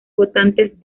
votantes